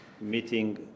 meeting